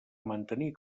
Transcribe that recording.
mantenir